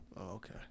okay